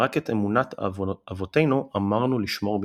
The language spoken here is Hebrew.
רק את אמונת אבותינו אמרנו לשמור בידינו.